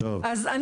אז,